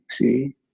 See